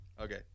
Okay